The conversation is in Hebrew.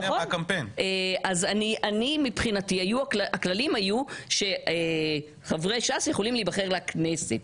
אז מבחינתי הכללים היו שחברי ש"ס יכולים להיבחר לכנסת.